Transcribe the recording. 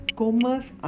commerce